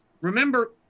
Remember